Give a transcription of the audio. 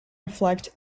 reflect